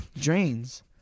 Drains